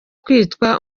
kwitwa